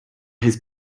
his